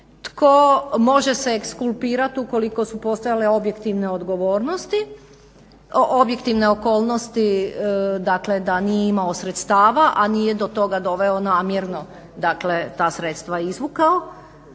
tko može se ekskulpirati ukoliko su postojale objektivne okolnosti da nije imao sredstava, a nije do toga doveo namjerno dakle ta sredstva izvukao,